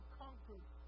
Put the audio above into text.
conquered